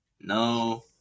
No